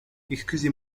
excusez